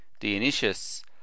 Dionysius